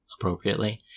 appropriately